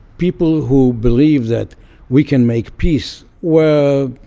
people who believed that we can make peace were